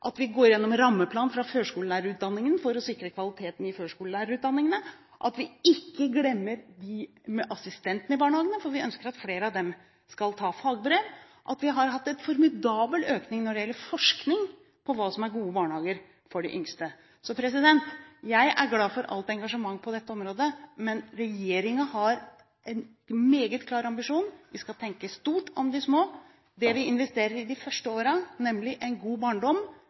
at vi går gjennom rammeplanen fra førskoleutdanningen for å sikre kvaliteten i førskolelærerutdanningene, og at vi ikke glemmer assistentene i barnehagene, for vi ønsker at flere av dem skal ta fagbrev. Vi har også hatt en formidabel økning på forskning når det gjelder hva som er gode barnehager for de yngste. Jeg er glad for alt engasjementet på dette området, men regjeringen har en meget klar ambisjon: Vi skal tenke stort om de små. Det vi investerer i de første årene, nemlig en god barndom,